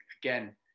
again